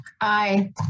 Aye